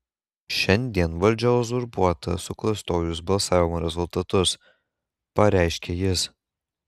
šiandien valdžia uzurpuota suklastojus balsavimo rezultatus pareiškė jis